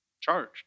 charged